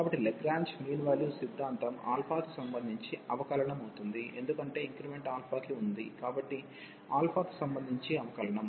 కాబట్టి Lagrange mean value సిద్ధాంతం కి సంబంధించి అవకలనం అవుతుంది ఎందుకంటే ఇంక్రిమెంట్ కి ఉంది కాబట్టి కి సంబంధించి అవకలనం